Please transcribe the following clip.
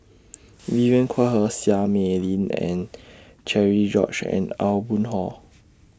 Vivien Quahe Seah Mei Lin and Cherian George and Aw Boon Haw